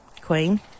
queen